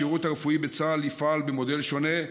השירות הרפואי בצה"ל יפעל במודל שונה,